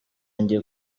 njye